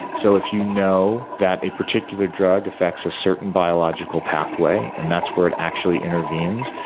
so if you know that a particular drug effects of certain biological pathway, and that's where it actually intervenes,